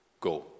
go